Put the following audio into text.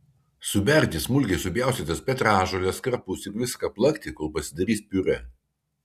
suberti smulkiai supjaustytas petražoles krapus ir viską plakti kol pasidarys piurė